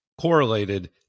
correlated